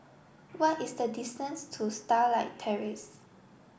what is the distance to Starlight Terrace